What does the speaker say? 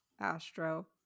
Astro